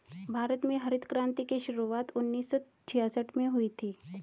भारत में हरित क्रान्ति की शुरुआत उन्नीस सौ छियासठ में हुई थी